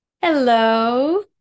Hello